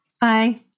bye